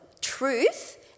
truth